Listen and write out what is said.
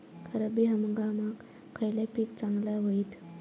रब्बी हंगामाक खयला पीक चांगला होईत?